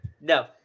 No